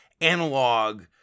analog